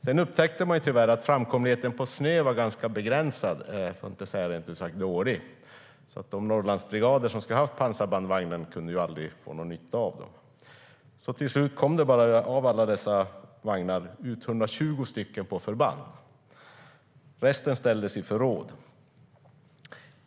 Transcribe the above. Sedan upptäckte man tyvärr att framkomligheten på snö var begränsad, för att inte säga rent ut sagt dålig. De Norrlandsbrigader som skulle ha haft pansarbandvagnarna kunde aldrig få någon nytta av dem. Av alla dessa vagnar kom till slut 120 ut på förband. Resten ställdes i förråd.